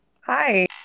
Hi